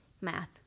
Math